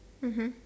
mmhmm